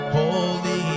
Holy